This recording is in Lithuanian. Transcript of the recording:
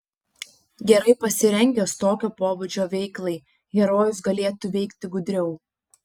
gerai pasirengęs tokio pobūdžio veiklai herojus galėtų veikti gudriau